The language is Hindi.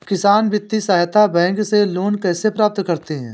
किसान वित्तीय सहायता बैंक से लोंन कैसे प्राप्त करते हैं?